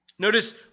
Notice